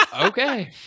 okay